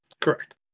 Correct